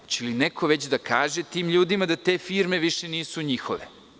Hoće li neko već da kaže tim ljudima da te firme više nisu njihove?